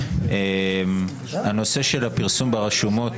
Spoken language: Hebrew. הנושא של הפרסום ברשומות,